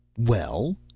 well?